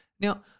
Now